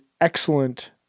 excellent